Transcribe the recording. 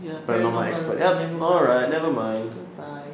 ya paranormal paranormal goodbye